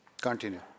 Continue